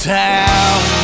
town